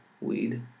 weed